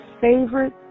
favorite